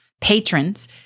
Patrons